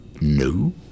no